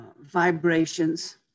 vibrations